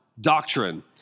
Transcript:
doctrine